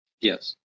Yes